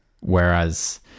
whereas